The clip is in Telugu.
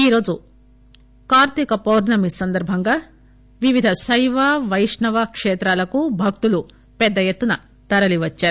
ఈరోజు కార్తీక పౌర్ణమి సందర్బంగా వివిధ శైవ వైష్ణవ కేత్రాలకు భక్తులు పెద్ద ఎత్తున తరలి వచ్చారు